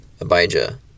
Abijah